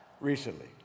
recently